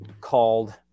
called